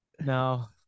No